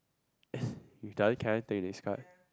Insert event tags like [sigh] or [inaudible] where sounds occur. [breath] you done can I take this card